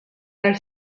dal